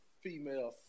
female